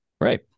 Right